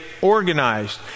organized